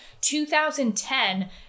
2010